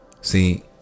see